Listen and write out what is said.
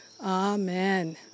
Amen